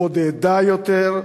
בודדה יותר,